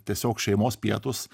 tiesiog šeimos pietūs